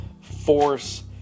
force